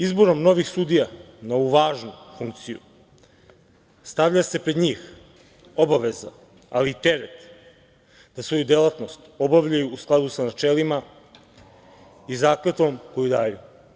Izborom novih sudija na ovu važnu funkciju stavlja se pred njih obaveza, ali i teret da svoju delatnost obavljaju u skladu sa načelima i zakletvom koju daju.